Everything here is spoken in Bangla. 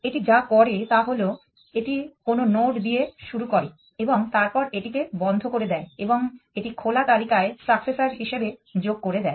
এটি যা করে তা হল এটি কোনো নোড দিয়ে শুরু করে এবং তারপর এটিকে বন্ধ করে দেয় এবং এটি খোলা তালিকায় সাক্সেসার হিসেবে যোগ করে দেয়